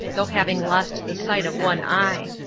though having lost the sight of one eye.